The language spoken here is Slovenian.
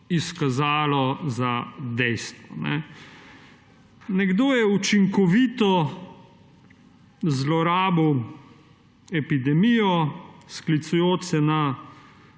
izkazalo za dejstvo. Nekdo je učinkovito zlorabil epidemijo, sklicujoč se na